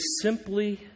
simply